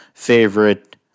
Favorite